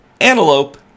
antelope